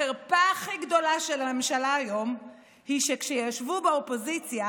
החרפה הכי גדולה של הממשלה היום היא שכשישבו באופוזיציה